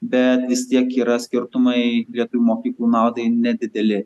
bet vis tiek yra skirtumai lietuvių mokyklų naudai nedideli